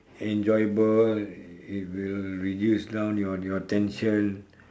enjoyable it will reduce down your your tension